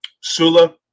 Sula